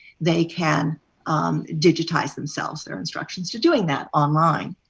they can digitize themselves. there are instructions for doing that online.